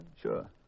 Sure